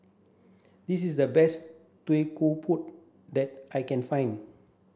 this is the best that I can find